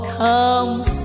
comes